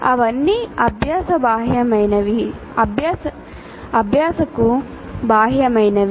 అవన్నీ అభ్యాసకు బాహ్యమైనవి